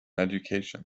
education